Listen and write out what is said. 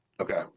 Okay